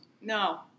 No